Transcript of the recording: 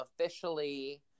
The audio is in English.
officially